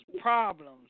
problems